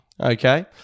Okay